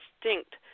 distinct